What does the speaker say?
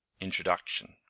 Introduction